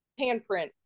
handprint